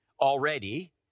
already